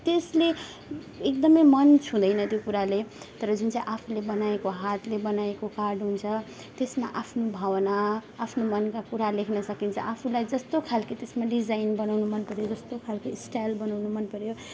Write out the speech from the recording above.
त्यसले एकदमै मन छुँदैन त्यो कुराले तर जुन चाहिँ आफूले बनाएको हातले बनाएको कार्ड हुन्छ त्यसमा आफ्नो भावना आफ्नो मनका कुरा लेख्न सकिन्छ आफूलाई जस्तो खालको त्यसमा डिजाइन बनाउनु मनपऱ्यो जस्तो खालको स्टाइल बनाउन मनपऱ्यो